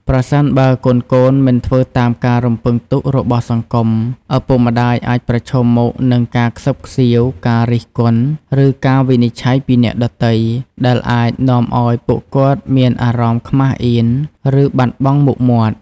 ប្រសិនបើកូនៗមិនធ្វើតាមការរំពឹងទុករបស់សង្គម ឪពុកម្ដាយអាចប្រឈមមុខនឹង ការខ្សឹបខ្សៀវ ការរិះគន់ ឬការវិនិច្ឆ័យ ពីអ្នកដទៃ ដែលអាចនាំឲ្យពួកគាត់មានអារម្មណ៍ខ្មាសអៀន ឬបាត់បង់មុខមាត់។